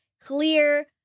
clear